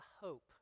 hope